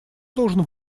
должен